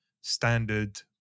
standard